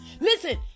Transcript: Listen